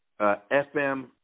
FM